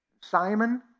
Simon